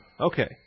Okay